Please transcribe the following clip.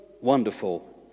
wonderful